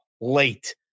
late